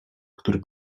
który